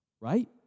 Right